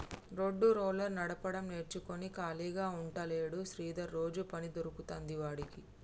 road roller నడపడం నేర్చుకుని ఖాళీగా ఉంటలేడు శ్రీధర్ రోజు పని దొరుకుతాంది వాడికి